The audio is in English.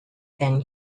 thin